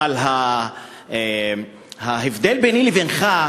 אבל ההבדל ביני לבינך,